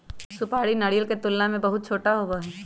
सुपारी नारियल के तुलना में बहुत छोटा होबा हई